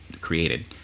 created